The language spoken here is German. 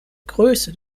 größe